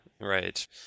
right